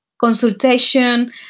consultation